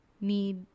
need